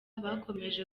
bakomeje